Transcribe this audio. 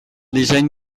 disseny